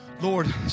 Lord